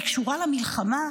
היא קשורה למלחמה?